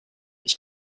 ich